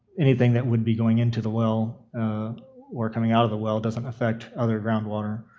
anything that would be going into the well or coming out of the well doesn't affect other groundwater.